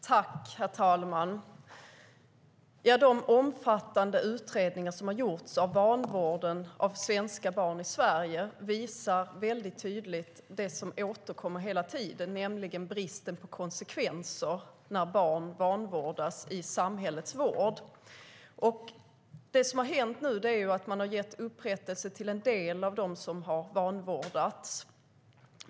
Herr talman! De omfattande utredningar som har gjorts av vanvården av svenska barn i Sverige visar tydligt det som återkommer hela tiden, nämligen bristen på konsekvenser när barn vanvårdas i samhällets vård. Nu har man gett upprättelse till en del av dem som har vanvårdats.